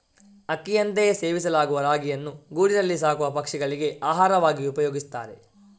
ಅಕ್ಕಿಯಂತೆಯೇ ಸೇವಿಸಲಾಗುವ ರಾಗಿಯನ್ನ ಗೂಡಿನಲ್ಲಿ ಸಾಕುವ ಪಕ್ಷಿಗಳಿಗೆ ಆಹಾರವಾಗಿ ಉಪಯೋಗಿಸ್ತಾರೆ